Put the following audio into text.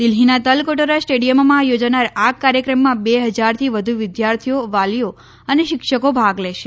દિલ્હીના તલકટોરા સ્ટેડિયમમાં યોજાનાર આ કાર્યક્રમમાં બે હજારથી વધુ વિદ્યાર્થીઓ વાલીઓ અને શિક્ષકો ભાગ લેશે